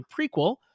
prequel